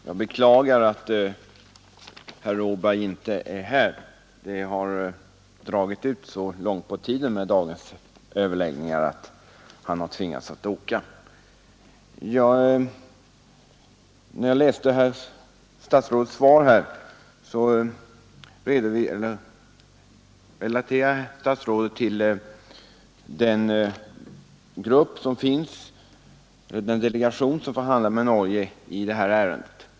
Herr talman! Jag beklagar att herr Åberg inte är här — dagens överläggningar har dragit ut så långt på tiden att han har tvingats resa härifrån. När jag läste herr statsrådets svar fann jag att herr statsrådet hänvisar till den delegation som förhandlar med Norge i det här ärendet.